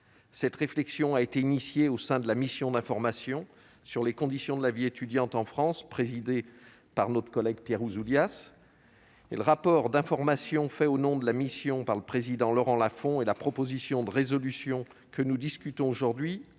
Cette réflexion a été menée au sein de la mission d'information « Conditions de la vie étudiante en France », présidée par notre collègue Pierre Ouzoulias. Le rapport d'information fait au nom de la mission par Laurent Lafon et la proposition de résolution dont nous discutons aujourd'hui,